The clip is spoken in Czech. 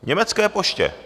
Německé poště.